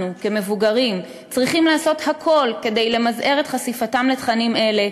כמבוגרים צריכים לעשות הכול כדי למזער את חשיפתם לתכנים אלה,